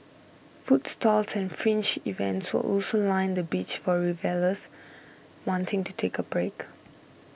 food stalls and fringe events will also line the beach for revellers wanting to take a break